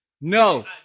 No